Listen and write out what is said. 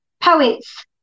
poets